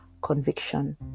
conviction